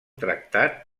tractat